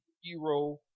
hero